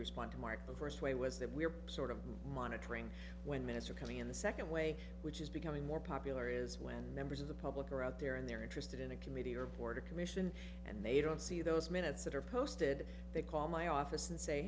respond to mark the first way was that we're part of the monitoring when mr coming in the second way which is becoming more popular is when members of the public are out there and they're interested in a committee or board a commission and they don't see those minutes that are posted they call my office and say